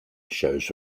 shows